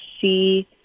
see